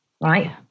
right